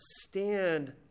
stand